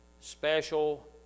special